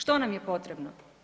Što nam je potrebno?